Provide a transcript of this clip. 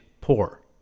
poor